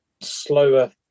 slower